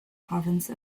province